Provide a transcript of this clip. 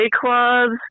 clubs